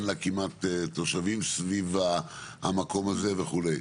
לה כמעט תושבים סביב המקום הזה וכו'.